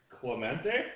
Clemente